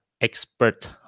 expert